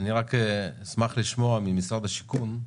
אני רק אשמח לשמוע ממשרד השיכון,